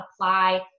apply